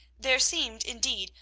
there seemed, indeed,